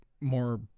more